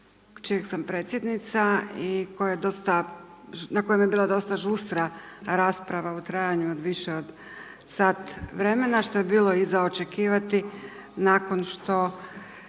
čijeg sam predsjednica i na kojem je bila dosta žustra rasprava u trajanju od više od sat vremena, što je bilo i za očekivati nakon što